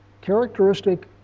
Characteristic